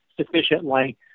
sufficiently